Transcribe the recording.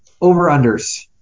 over-unders